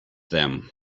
them